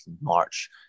March